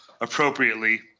appropriately